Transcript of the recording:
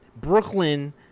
Brooklyn